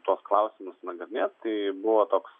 tuos klausimus nagrinėt tai buvo toks